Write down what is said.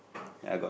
I got